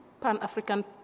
Pan-African